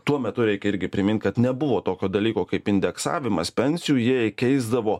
tuo metu reikia irgi primint kad nebuvo tokio dalyko kaip indeksavimas pensijų jie keisdavo